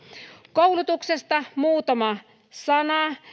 koulutuksesta muutama sana